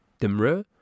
Demre